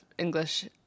English